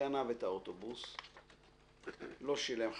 גנב את האוטובוס, לא שילם 5.90,